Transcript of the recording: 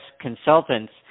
consultants